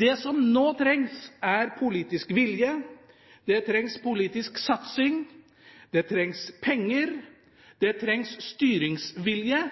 Det som nå trengs, er politisk vilje. Det trengs politisk satsing, penger, styringsvilje